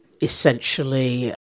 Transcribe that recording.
essentially